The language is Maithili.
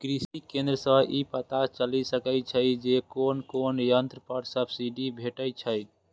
कृषि केंद्र सं ई पता चलि सकै छै जे कोन कोन यंत्र पर सब्सिडी भेटै छै